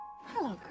Hello